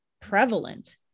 prevalent